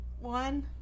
one